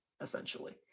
essentially